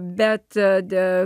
bet veide